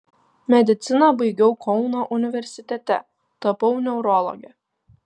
mediciną baigiau kauno universitete tapau neurologe